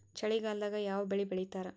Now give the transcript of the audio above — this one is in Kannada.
ಚಳಿಗಾಲದಾಗ್ ಯಾವ್ ಬೆಳಿ ಬೆಳಿತಾರ?